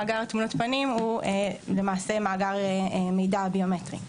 מאגר תמונת פנים הוא למעשה מאגר מידע ביומטרי.